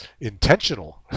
intentional